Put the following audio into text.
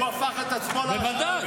הוא הפך את עצמו לרשות המחוקקת?